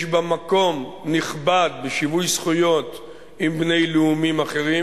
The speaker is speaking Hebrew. יש בה מקום נכבד בשיווי זכויות גם לבני לאומים אחרים,